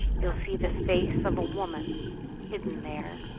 you'll see the face of a woman hidden there.